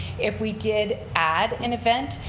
if we did add an event,